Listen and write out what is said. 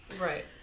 right